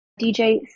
DJ